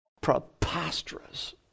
Preposterous